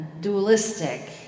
dualistic